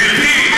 גברתי,